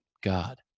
God